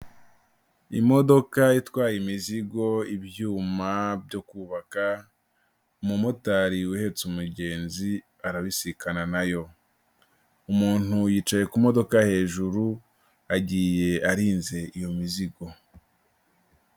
Imodoka itwaye imizigo, ibyuma byo kubaka, umumotari uhetse umugenzi arabisikana na yo, umuntu yicaye ku modoka hejuru, agiye arinze iyo mizigo.